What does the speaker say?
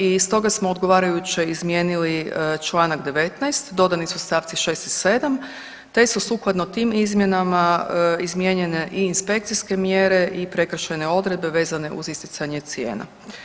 I stoga smo odgovarajuće izmijenili članak 19. dodani su stavci 6. i 7., te su sukladno tim izmjenama izmijenjene i inspekcijske mjere i prekršajne odredbe vezane uz isticanje cijena.